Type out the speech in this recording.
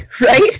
Right